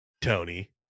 tony